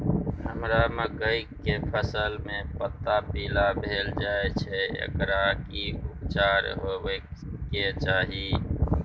हमरा मकई के फसल में पता पीला भेल जाय छै एकर की उपचार होबय के चाही?